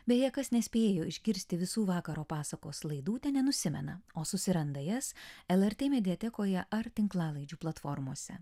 beje kas nespėjo išgirsti visų vakaro pasakos laidų tenenusimena o susiranda jas lrt mediatekoje ar tinklalaidžių platformose